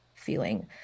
Feeling